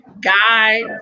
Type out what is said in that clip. guide